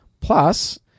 Plus